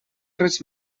res